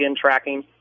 tracking